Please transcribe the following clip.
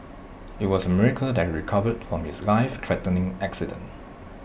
IT was A miracle that recovered from his lifethreatening accident